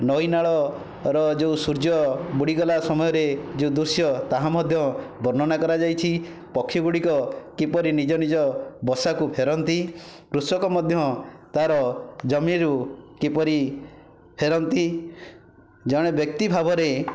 ନଈ ନାଳର ଯେଉଁ ସୂର୍ଯ୍ୟ ବୁଡ଼ିଗଲା ସମୟରେ ଯେଉଁ ଦୃଶ୍ୟ ତାହା ମଧ୍ୟ ବର୍ଣ୍ଣନା କରାଯାଇଛି ପକ୍ଷୀଗୁଡ଼ିକ କିପରି ନିଜ ନିଜ ବସାକୁ ଫେରନ୍ତି କୃଷକ ମଧ୍ୟ ତାର ଜମିରୁ କିପରି ଫେରନ୍ତି ଜଣେ ବ୍ୟକ୍ତି ଭାବରେ